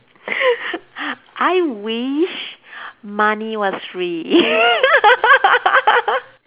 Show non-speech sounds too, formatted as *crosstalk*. *laughs* I wish money was free *laughs*